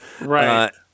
Right